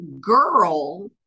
girl